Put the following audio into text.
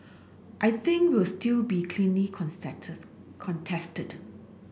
I think will still be keenly contested contested